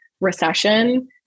recession